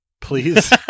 Please